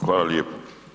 Hvala lijepo.